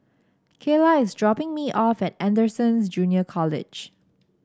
Kaela is dropping me off at Anderson's Junior College